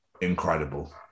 incredible